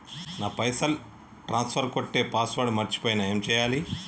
నా పైసల్ ట్రాన్స్ఫర్ కొట్టే పాస్వర్డ్ మర్చిపోయిన ఏం చేయాలి?